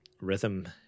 rhythm